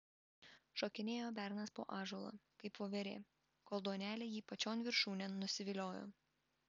šokinėjo bernas po ąžuolą kaip voverė kol duonelė jį pačion viršūnėn nusiviliojo